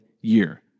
year